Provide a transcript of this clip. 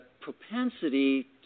propensity